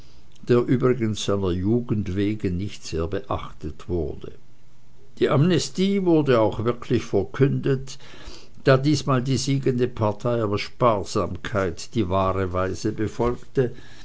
der übrigens seiner jugend wegen nicht sehr beachtet wurde die amnestie wurde auch wirklich verkündet da diesmal die siegende partei aus sparsamkeit die wahre weise befolgte